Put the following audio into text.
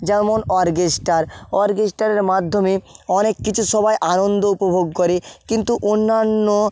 যেমন অর্কেস্ট্রা অর্কেস্ট্রার মাধ্যমে অনেক কিছু সবাই আনন্দ উপভোগ করে কিন্তু অন্যান্য